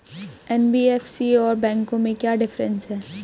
NBFC और बैंकों में क्या डिफरेंस है?